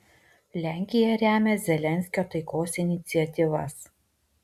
lenkija remia zelenskio taikos iniciatyvas